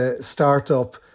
startup